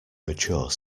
mature